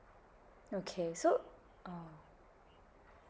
okay so um